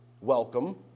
welcome